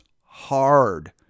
hard